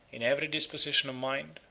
in every disposition of mind,